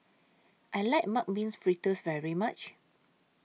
I like Mung Beans Fritters very much